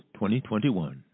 2021